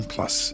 Plus